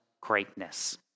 greatness